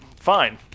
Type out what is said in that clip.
fine